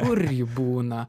kur ji būna